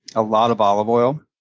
a lot of olive oil.